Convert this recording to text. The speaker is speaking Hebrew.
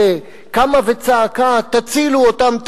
שקמה וצעקה: תצילו אותם,